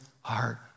heart